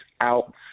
out